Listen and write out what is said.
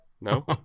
No